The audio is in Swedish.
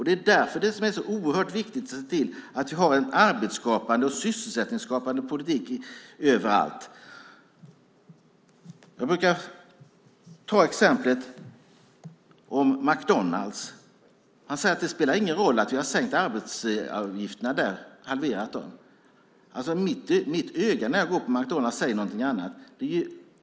Det är därför det är så oerhört viktigt att se till att det finns en arbets och sysselsättningsskapande politik överallt. Jag brukar ta McDonalds som exempel. Det sägs att det spelar ingen roll att vi har halverat arbetsgivaravgifterna. När jag går på McDonalds säger mitt öga mig något annat.